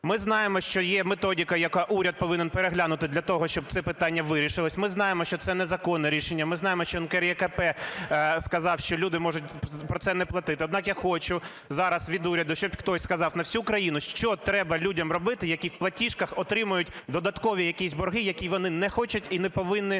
Ми знаємо, що є методика, яку уряд повинен переглянути для того, щоб це питання вирішилось. Ми знаємо, що це незаконне рішення, ми знаємо, що НКРЕКП сказав, що люди можуть за це не платити. Однак я хочу зараз від уряду щоб хтось сказав на всю Україну, що треба людям робити, які в платіжках отримують додаткові якісь борги, які вони не хочуть і не повинні